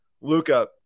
Luca